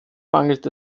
mangelt